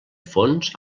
fons